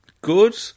Good